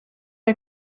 der